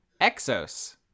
Exos